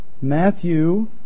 Matthew